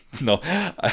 No